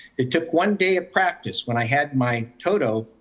it took one day at practice when i had my toto,